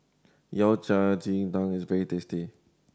Yao Cai ji tang is very tasty